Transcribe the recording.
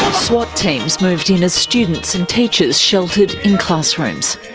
swats team moved in as students and teachers sheltered in classrooms.